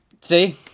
today